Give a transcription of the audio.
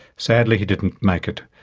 sadly he didn't make it,